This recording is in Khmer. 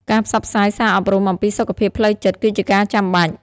ការផ្សព្វផ្សាយសារអប់រំអំពីសុខភាពផ្លូវចិត្តគឺជាការចាំបាច់។